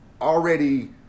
already